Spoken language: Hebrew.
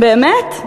באמת?